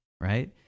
right